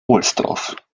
ohlsdorf